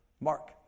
Mark